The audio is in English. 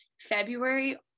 February